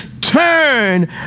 turn